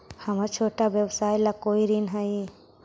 हमर छोटा व्यवसाय ला कोई ऋण हई?